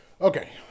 Okay